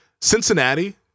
Cincinnati